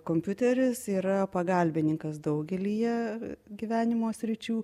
kompiuteris yra pagalbininkas daugelyje gyvenimo sričių